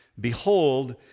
Behold